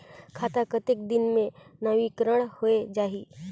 खाता कतेक दिन मे नवीनीकरण होए जाहि??